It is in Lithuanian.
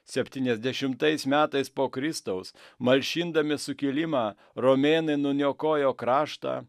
septyniasdešimtais metais po kristaus malšindami sukilimą romėnai nuniokojo kraštą